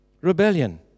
Rebellion